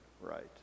right